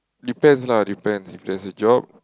depends lah depends if there's a job